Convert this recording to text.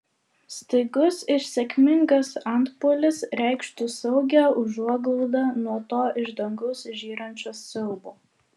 staigus ir sėkmingas antpuolis reikštų saugią užuoglaudą nuo to iš dangaus žyrančio siaubo